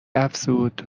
افزود